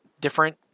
different